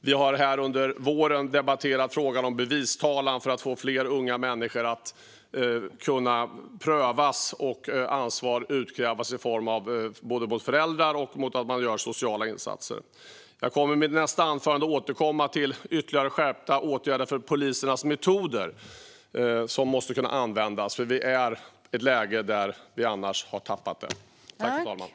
Vi har här under våren debatterat frågan om bevistalan för att få fler unga människor att kunna prövas. Ansvar ska kunna utkrävas från föräldrar, och det behövs mer sociala insatser. Jag kommer i mitt nästa anförande att återkomma till ytterligare skärpta åtgärder när det gäller polisernas metoder som måste kunna användas, för annars hamnar vi i ett läge där vi har tappat greppet.